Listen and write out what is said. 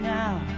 now